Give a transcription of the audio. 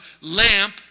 lamp